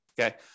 Okay